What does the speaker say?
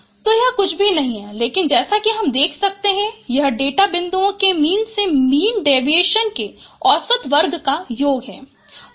S2 y∈c2 तो यह कुछ भी नहीं है लेकिन जैसा कि हम देख सकते हैं यह डेटा बिंदुओं के मीन से मीन डेविएशन के औसत वर्ग का योग है